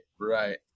right